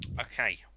Okay